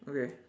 okay